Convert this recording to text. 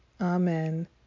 Amen